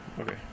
Okay